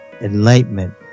enlightenment